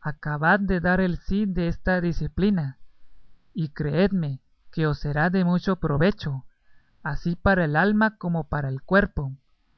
acabad de dar el sí desta diciplina y creedme que os será de mucho provecho así para el alma como para el cuerpo